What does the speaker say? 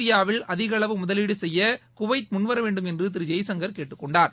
இந்தியாவில் அதிக அளவு முதலீடு செய்ய குவைத் முன்வரவேண்டும் என்று திரு ஜெய்சங்கர் கேட்டுக்கொண்டார்